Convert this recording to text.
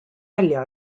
välja